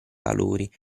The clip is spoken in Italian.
valori